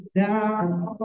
down